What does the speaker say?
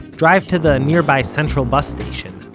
drive to the nearby central bus station,